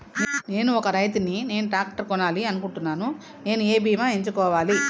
నేను ఒక రైతు ని నేను ట్రాక్టర్ కొనాలి అనుకుంటున్నాను నేను ఏ బీమా ఎంచుకోవాలి?